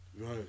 Right